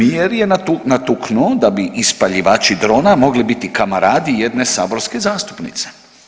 Premijer je natuknuo da bi ispaljivači drona mogli biti kamaradi jedne saborske zastupnice.